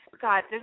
God